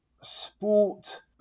sport